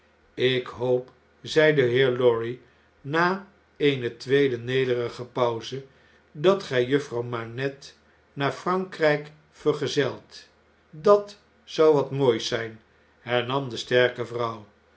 ik hoop zei de heer lorry na eene tweede nederige pauze dat gij juffrouw manette naar frankrjjk vergezelt dat zou wat moois zijn i hernam de sterke vrouw